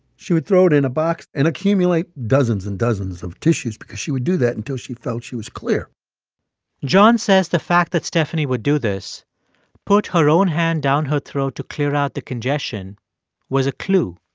she would throw it in a box and accumulate dozens and dozens of tissues because she would do that until she felt she was clear john says the fact that stephanie would do this put her own hand down her throat to clear out the congestion was a clue,